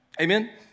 Amen